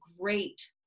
great